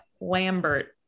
Lambert